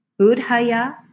Budhaya